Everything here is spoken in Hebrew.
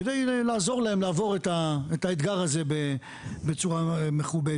כדי לעזור להן לעבור את האתגר הזה בצורה מכובדת.